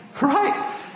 right